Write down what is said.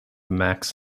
max